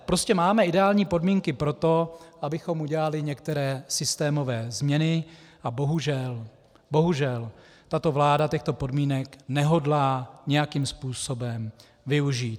Prostě máme ideální podmínky pro to, abychom udělali některé systémové změny, a bohužel, bohužel tato vláda těchto podmínek nehodlá nějakým způsobem využít.